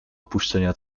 opuszczenia